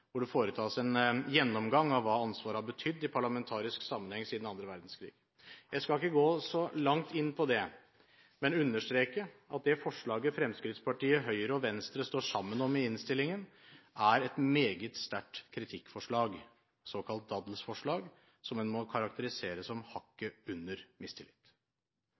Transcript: parlamentarisk sammenheng siden annen verdenskrig. Jeg skal ikke gå så langt inn på det, men understreke at det forslaget Fremskrittspartiet, Høyre og Venstre står sammen om i innstillingen, er et meget sterkt kritikkforslag – et såkalt daddelsforslag – som en må karakterisere som hakket under mistillit.